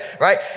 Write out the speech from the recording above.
right